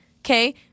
Okay